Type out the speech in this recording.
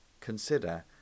consider